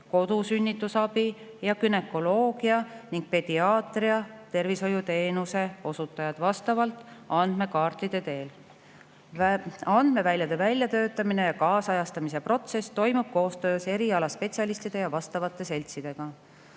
kodusünnitusabi, ja günekoloogia ning pediaatria tervishoiuteenuse osutajad. Andmeväljade väljatöötamise ja kaasajastamise protsess toimub koostöös erialaspetsialistide ja vastavate seltsidega.